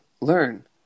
Learn